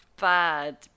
bad